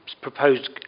proposed